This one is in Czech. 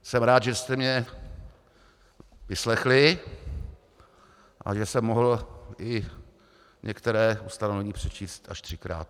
Jsem rád, že jste mě vyslechli a že jsem mohl některá ustanovení přečíst až třikrát.